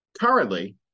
Currently